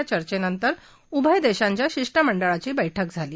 या चर्चेनंतर उभय देशांच्या शिष्टमंडळांची बैठक झाली